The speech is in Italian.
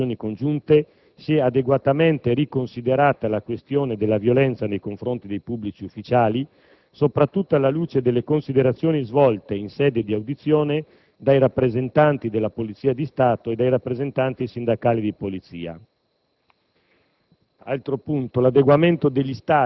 Con gli emendamenti e le discussioni avvenute in sede di Commissioni riunite si è adeguatamente riconsiderata la questione della violenza nei confronti dei pubblici ufficiali, soprattutto alla luce delle considerazioni svolte in sede di audizione dai rappresentanti della Polizia di Stato e dai rappresentanti sindacali di polizia.